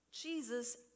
Jesus